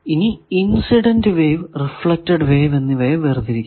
ഇനി incident wave reflected wave എന്നിവയെ വേർതിരിക്കുന്നു